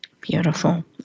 Beautiful